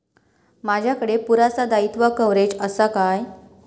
माजाकडे पुरासा दाईत्वा कव्हारेज असा काय?